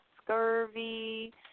scurvy